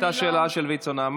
לא, הייתה שאלה של ויצ"ו-נעמ"ת.